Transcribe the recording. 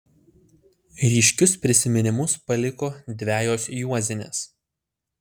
ryškius prisiminimus paliko dvejos juozinės